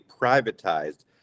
privatized